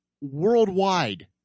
worldwide